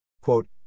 Quote